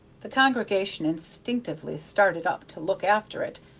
the congregation instinctively started up to look after it,